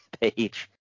page